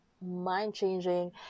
mind-changing